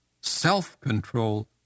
self-control